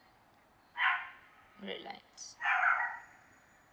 red lines